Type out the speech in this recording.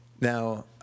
Now